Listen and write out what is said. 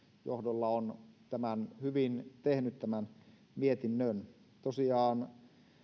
johdolla on hyvin tehnyt tämän mietinnön tosiaan